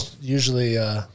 usually